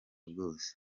bwose